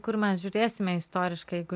kur mes žiūrėsime istoriškai jeigu